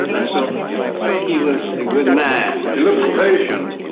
ah so he was a good man. he looks patient.